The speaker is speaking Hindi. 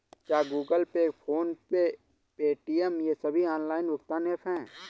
क्या Google Pay PhonePe Paytm ये सभी ऑनलाइन भुगतान ऐप हैं?